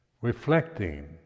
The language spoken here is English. reflecting